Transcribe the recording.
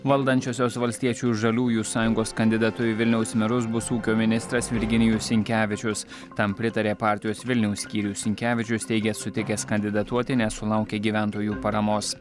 valdančiosios valstiečių ir žaliųjų sąjungos kandidatu į vilniaus merus bus ūkio ministras virginijus sinkevičius tam pritarė partijos vilniaus skyrius sinkevičius teigė sutikęs kandidatuoti nes sulaukė gyventojų paramos